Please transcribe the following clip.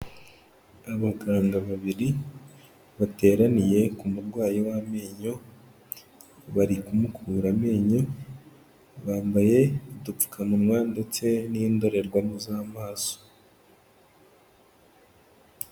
Abaganga babiri bateraniye ku murwayi w'amenyo, bari kumukura amenyo, bambaye udupfukamunwa ndetse n'indorerwamo z'amaso.